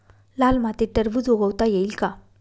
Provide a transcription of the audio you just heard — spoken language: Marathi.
लाल मातीत टरबूज उगवता येईल का?